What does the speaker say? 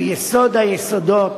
שהוא יסוד היסודות